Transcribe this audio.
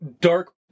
dark